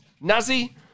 Nazi